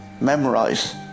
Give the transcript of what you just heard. memorize